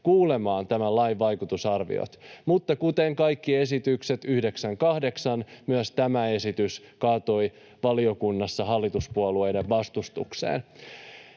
kuulemaan tämän lain vaikutusarviot. Mutta, kuten kaikki esitykset, myös tämä esitys kaatui valiokunnassa 9—8 hallituspuolueiden vastustukseen.